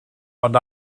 ond